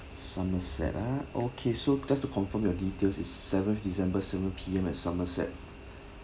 somerset ah okay so just to confirm your details is seventh december seven P_M at somerset